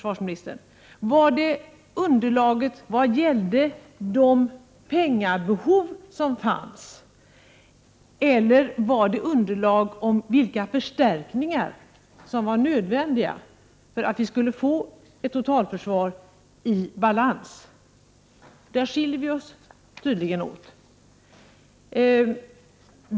Var det underlaget vad gällde det penningbehov som fanns, eller var det underlaget för vilka förstärkningar som var nödvändiga för att vi skulle få ett totalförsvar i balans? Där skiljer vi oss tydligen åt.